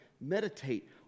meditate